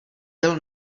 byl